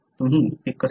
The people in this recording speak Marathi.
तुम्ही हे कसे करता